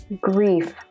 grief